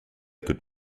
could